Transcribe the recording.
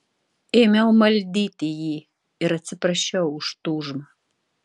ėmiau maldyti jį ir atsiprašiau už tūžmą